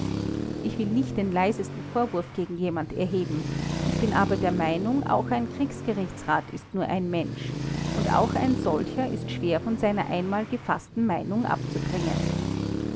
ich will nicht den leisesten vorwurf gegen jemand erheben ich bin aber der meinung auch ein kriegsgerichtsrat ist nur ein mensch und auch ein solcher ist schwer von seiner einmal gefaßten meinung abzubringen